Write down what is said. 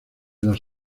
dos